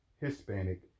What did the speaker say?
Hispanic